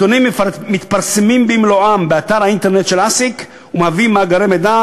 הנתונים מתפרסמים במלואם באתר האינטרנט של ASIC ומהווים מאגרי מידע.